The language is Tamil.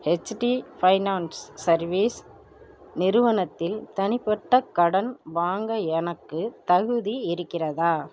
ஹெச்டிபி ஃபைனான்ஸ் சர்வீஸ் நிறுவனத்தில் தனிப்பட்ட கடன் வாங்க எனக்குத் தகுதி இருக்கிறதா